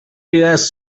has